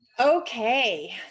Okay